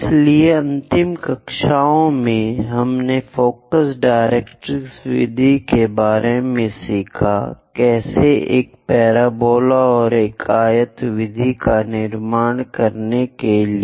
इसलिए अंतिम कक्षाओं में हमने फोकस डायरेक्ट्रिक्स विधि के बारे में सीखा है कैसे एक पैराबोला और एक आयत विधि का निर्माण करने के लिए